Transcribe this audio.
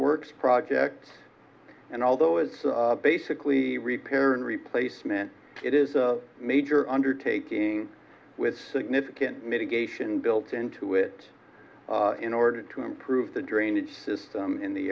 works project and although it's basically repaired in replacement it is a major undertaking with significant mitigation built into it in order to improve the drainage system in the